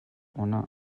ohne